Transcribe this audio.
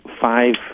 five